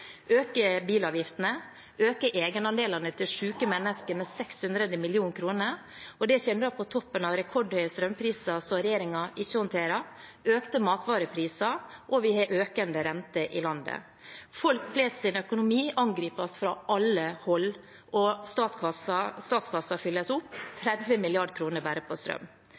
bilavgiftene, øke egenandelene til syke mennesker med 600 mill. kr. Dette kommer på toppen av rekordhøye strømpriser som regjeringen ikke håndterer, økte matvarepriser og den økende renten vi har i landet. Økonomien til folk flest angripes fra alle hold, og statskassen fylles opp: 30 mrd. kr bare på strøm.